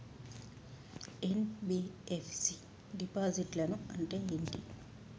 NBFC డిపాజిట్లను అంటే ఏంటి?